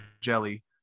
jelly